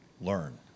learn